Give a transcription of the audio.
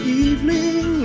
evening